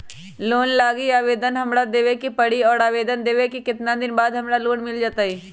Loan लागी आवेदन हमरा कहां देवे के पड़ी और आवेदन देवे के केतना दिन बाद हमरा लोन मिल जतई?